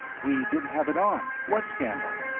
we didn't have it on. what scandal?